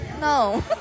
No